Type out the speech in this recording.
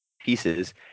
pieces